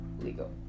legal